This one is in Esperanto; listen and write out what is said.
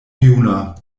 juna